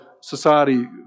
society